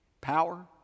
power